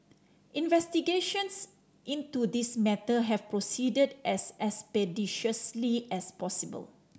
investigations into this matter have proceeded as expeditiously as possible